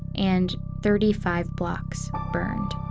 and thirty five blocks, burned.